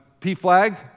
PFLAG